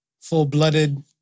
Full-blooded